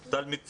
לראיה,